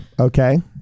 okay